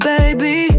Baby